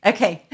Okay